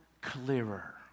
clearer